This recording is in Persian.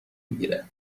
میگیره